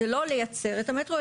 זה לא לייצר את המטרו,